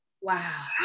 Wow